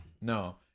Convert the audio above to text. no